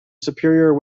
superior